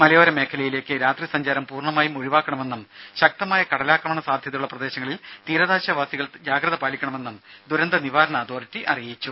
മലയോര മേഖലയിലേക്ക് രാത്രി സഞ്ചാരം പൂർണ്ണമായും ഒഴിവാക്കണമെന്നും ശക്തമായ കടലാക്രമണ സാധ്യതയുള്ള പ്രദേശങ്ങളിൽ തീരദേശ വാസികൾ ജാഗ്രതപാലിക്കണമെന്നും ദുരന്ത നിവാരണ അതോറിറ്റി അറിയിച്ചു